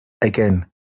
again